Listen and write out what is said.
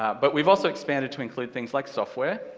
but we've also expanded to include things like software,